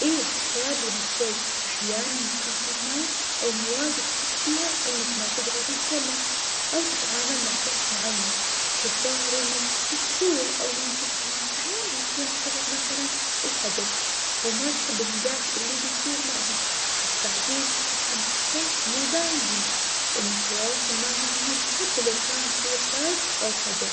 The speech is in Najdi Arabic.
إيه صار لي هالشي, أحياناً يكون فيه ناس أو مواقف تحس فيها إنك ما تبغى تتكلم, أو تتعامل مع شخص معين, وتتظاهر إنك مشغول أو ماشفته, أحياناً يكون السبب مثلاً الخجل, أو ما تحب النقاش اللي بيصير معهم, بس بعدين أحس إن هالشيء مو دايم زين, لإن التواصل معهم مهم, حتى لو كان في إحراج أو خجل.